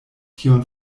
tiun